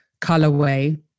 colorway